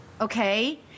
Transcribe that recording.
Okay